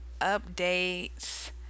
updates